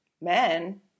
men